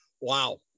wow